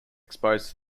exposed